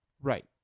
Right